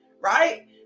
right